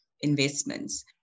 investments